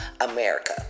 America